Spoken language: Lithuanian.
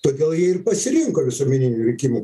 todėl jie ir pasirinko visuomeninių rinkimų